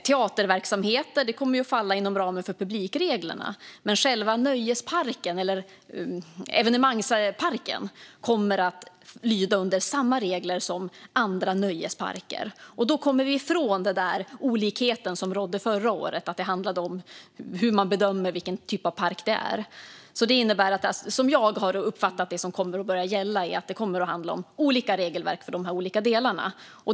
Teaterverksamheter kommer att falla inom ramen för publikreglerna. Men själva evenemangsparken kommer att lyda under samma regler som andra nöjesparker. Då kommer vi ifrån den olikhet som rådde förra året - att det handlade om hur man bedömer vilken typ av park det är. Som jag har uppfattat det som kommer att börja gälla kommer det att handla om olika regelverk för de olika delarna.